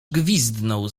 gwizdnął